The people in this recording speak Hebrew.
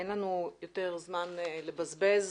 אין לנו יותר זמן לבזבז.